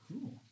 Cool